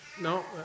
No